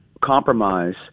compromise